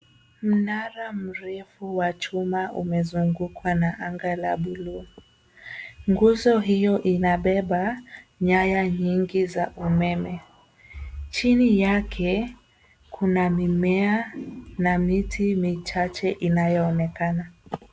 Mnara mrefu wa chuma umezungukwa na anga la buluu. Nguzo hio inabeba nyaya nyingi za umeme. Chini yake kuna mimea na miti michache inayoonekana.